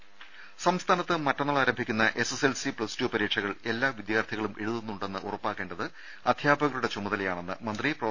രുദ സംസ്ഥാനത്ത് മറ്റന്നാൾ ആരംഭിക്കുന്ന എസ്എസ്എൽസി പ്ലസ് ടു പരീക്ഷകൾ എല്ലാ വിദ്യാർത്ഥികളും എഴുതുന്നുണ്ടെന്ന് ഉറപ്പാക്കേണ്ടത് അധ്യാപകരുടെ ചുമതലയാണെന്ന് മന്ത്രി പ്രൊഫ